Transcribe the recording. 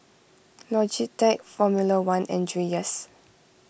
Logitech formula one and Dreyers